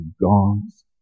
God's